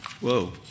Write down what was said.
Whoa